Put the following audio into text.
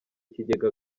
ikigega